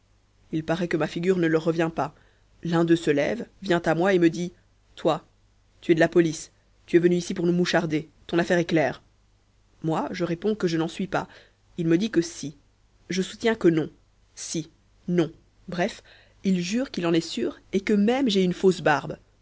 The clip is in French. il paraît que ma figure ne leur revient pas l'un d'eux se lève vient à moi et me dit toi tu es de la police tu es venu ici pour nous moucharder ton affaire est claire moi je réponds que je n'en suis pas il me dit que si je soutiens que non si non bref il jure qu'il en est sûr et que même j'ai une fausse barbe